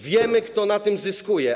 Wiemy, kto na tym zyskuje.